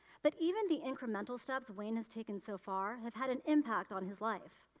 but even the incremental steps wayne has taken so far have had an impact on his life.